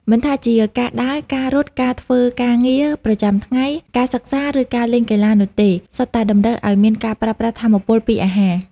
មិនថាជា ការដើរ ការរត់ ការធ្វើការងារ ប្រចាំថ្ងៃ ការសិក្សា ឬ ការលេងកីឡា នោះទេ សុទ្ធតែតម្រូវឱ្យមានការប្រើប្រាស់ថាមពលពីអាហារ។